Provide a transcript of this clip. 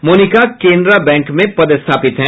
Monika Canara bank में पदस्थापित हैं